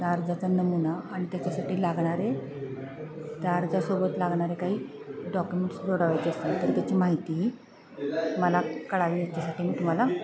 त्या अर्जाचा नमुना आणि त्याच्यासाठी लागणारे त्या अर्जासोबत लागणारे काही डॉक्युमेंट्स जोडावायचे असतील तर त्याची माहितीही मला कळावी ह्याच्यासाठी मी तुम्हाला